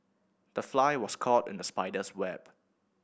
the fly was caught in the spider's web